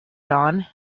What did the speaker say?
dawn